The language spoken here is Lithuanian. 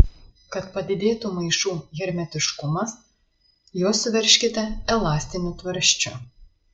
kad padidėtų maišų hermetiškumas juos suveržkite elastiniu tvarsčiu